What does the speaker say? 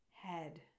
head